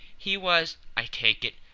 he was, i take it,